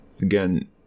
again